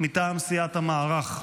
מטעם סיעת המערך.